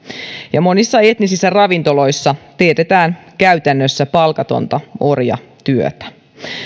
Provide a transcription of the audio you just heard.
ja monissa etnisissä ravintoloissa teetetään käytännössä palkatonta orjatyötä